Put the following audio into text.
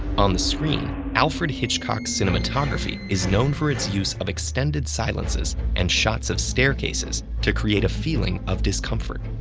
on the screen, alfred hitchcock's cinematography is known for its use of extended silences and shots of staircases to create a feeling of discomfort.